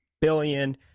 billion